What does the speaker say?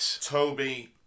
Toby